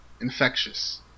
infectious